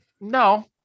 No